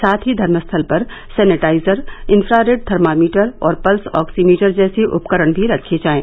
साथ ही धर्म स्थल पर सैनिटाइजर इंफ्रोरेड थर्मामीटर और पल्स ऑक्सीमीटर जैसे उपकरण भी रखे जाएं